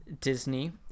disney